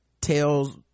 tells